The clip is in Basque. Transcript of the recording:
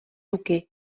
luke